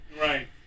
Right